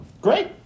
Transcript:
Great